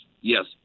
yes